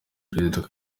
perezida